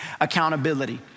accountability